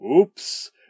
Oops